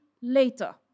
later